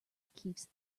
keeps